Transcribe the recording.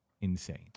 insane